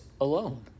alone